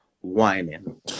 whining